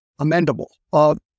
amendable